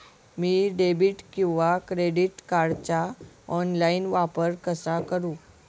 मी debit किंवा credit कार्डचा online वापर कसा करु?